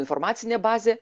informacinė bazė